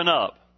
up